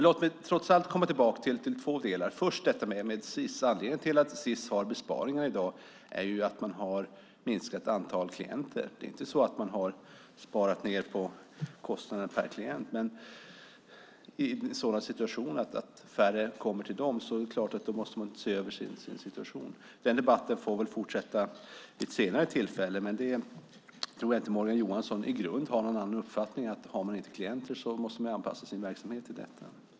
Låt mig trots allt komma tillbaka till två delar. Jag börjar med Sis. Anledningen till att Sis har besparingar i dag är att man har ett minskat antal klienter. Det är inte så att man har sparat ned på kostnaden per klient, men i en situation där färre kommer till dem är det klart att de måste se över sin situation. Den debatten får väl fortsätta vid ett senare tillfälle, men jag tror inte att Morgan Johansson i grunden har någon annan uppfattning än att man om man inte har klienter måste anpassa sin verksamhet till detta.